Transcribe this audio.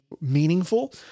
meaningful